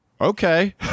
Okay